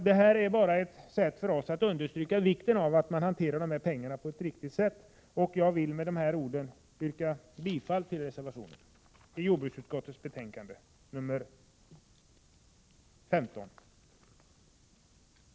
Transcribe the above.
Det här är bara ett sätt för oss att understryka vikten av att dessa pengar hanteras riktigt, och jag vill med det anförda yrka bifall till reservationen i jordbruksutskottets betänkande nr 15.